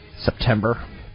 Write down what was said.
September